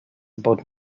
about